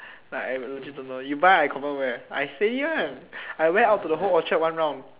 like I legit don't know you buy I confirm wear I steady one I wear out for the whole Orchard one round